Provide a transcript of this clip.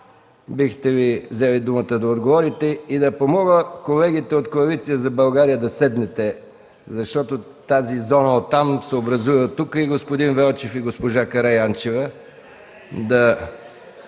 бихте ли взели думата да отговорите. Да помоля колегите от Коалиция за България да седнете, защото зоната оттам се образува и оттук. Господин Велчев, и госпожа Караянчева...(Шум